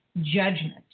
judgment